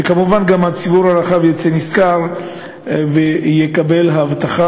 וכמובן גם הציבור הרחב יצא נשכר ויקבל אבטחה